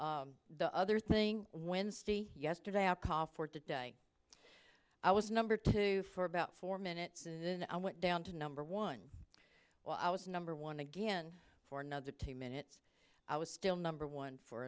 ago the other thing wednesday yesterday our call for today i was number two for about four minutes and then i went down to number one well i was number one again for another two minutes i was still number one for